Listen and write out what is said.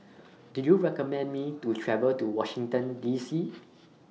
Do YOU recommend Me to travel to Washington D C